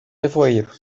nevoeiro